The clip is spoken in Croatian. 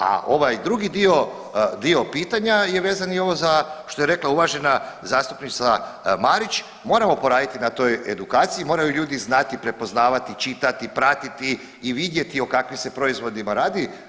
A ovaj drugi dio pitanja je vezan i ovo za, što je rekla uvažena zastupnica Marić, moramo poraditi na toj edukaciji, moraju ljudi znati prepoznavati, čitati, pratiti i vidjeti o kakvim se proizvodima radi.